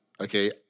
okay